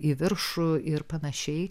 į viršų ir panašiai